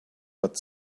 but